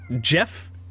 Jeff